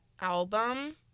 album